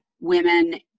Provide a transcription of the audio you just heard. women